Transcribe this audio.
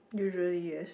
usually yes